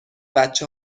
بچه